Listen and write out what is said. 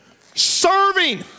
Serving